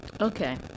Okay